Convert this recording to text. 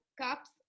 cups